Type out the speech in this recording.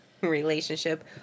relationship